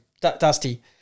Dusty